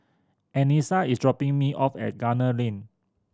Anissa is dropping me off at Gunner Lane